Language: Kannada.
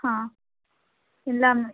ಹಾಂ ಇಲ್ಲ ಮ್ಯಾಮ್